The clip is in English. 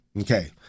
Okay